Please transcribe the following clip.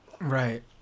Right